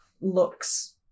looks